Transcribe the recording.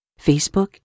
Facebook